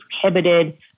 prohibited